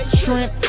shrimp